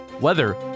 weather